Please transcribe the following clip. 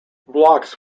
blocks